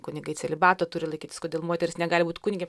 kunigai celibato turi laikytis kodėl moteris negali būt kunige